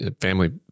family